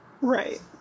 right